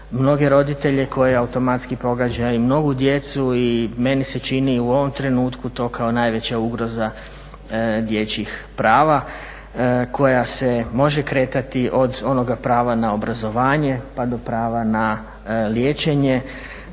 mnoge roditelje, koje automatski pogađa i mnogu djecu i meni se čini u ovom trenutku kao najveća ugroza dječjih prava koja se može kretati od onoga prava na obrazovanje pa do prava na liječenje